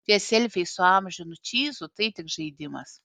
tie selfiai su amžinu čyzu tai tik žaidimas